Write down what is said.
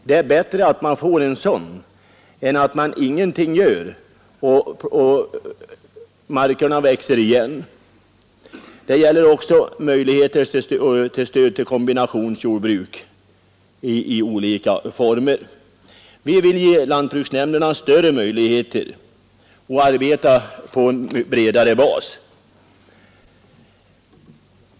Det är bättre att man får en sådan än att ingenting görs, utan markerna växer igen. Frågan gäller också möjligheten att ge stöd till kombinationsjordbruk i olika former. Vi vill ge lantbruksnämnderna bättre möjligheter att arbeta på en bredare bas.